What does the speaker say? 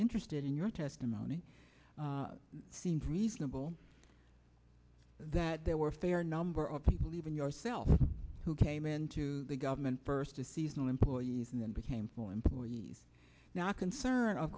interested in your testimony seems reasonable that there were a fair number of people even yourself who came into the government first a seasonal employees and then became employees now a concern of